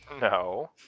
no